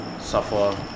suffer